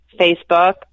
Facebook